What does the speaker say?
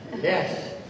Yes